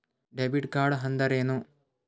Debit ಕಾರ್ಡ್ಅಂದರೇನು?